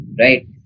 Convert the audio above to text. right